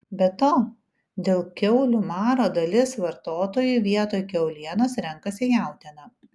be to dėl kiaulių maro dalis vartotojų vietoj kiaulienos renkasi jautieną